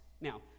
Now